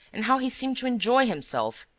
and how he seemed to enjoy himself!